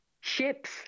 Ships